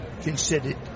considered